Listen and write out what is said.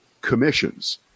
commissions